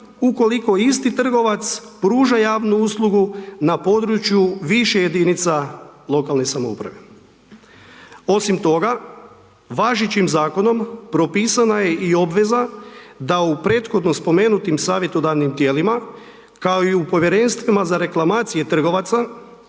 ukoliko isti trgovac pruža javnu uslugu, na području više jedinica lokalne samouprave. Osim toga važećim zakonom propisana je i obveza da u prethodno spomenuto savjetodavnim tijelima, kao i u povjerenstvima za reklamacije trgovaca,